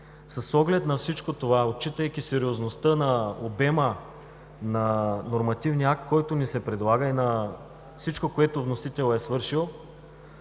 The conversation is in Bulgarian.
С оглед на всичко това, отчитайки сериозността на обема на нормативния акт, който ни се предлага, и на всичко, което вносителят е свършил,